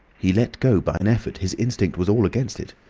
he let go by an effort his instinct was all against it.